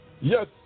Yes